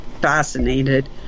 fascinated